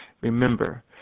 Remember